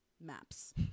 maps